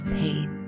pain